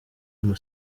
ama